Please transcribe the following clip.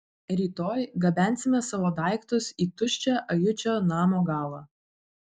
rytoj gabensime savo daiktus į tuščią ajučio namo galą